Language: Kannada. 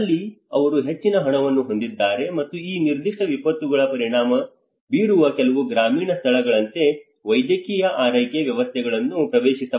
ಇಲ್ಲಿ ಅವರು ಹೆಚ್ಚಿನ ಹಣವನ್ನು ಹೊಂದಿದ್ದಾರೆ ಮತ್ತು ಈ ನಿರ್ದಿಷ್ಟ ವಿಪತ್ತುಗಳು ಪರಿಣಾಮ ಬೀರುವ ಕೆಲವು ಗ್ರಾಮೀಣ ಸ್ಥಳಗಳಂತೆ ವೈದ್ಯಕೀಯ ಆರೈಕೆ ವ್ಯವಸ್ಥೆಗಳನ್ನು ಪ್ರವೇಶಿಸಬಹುದು